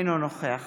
אינו נוכח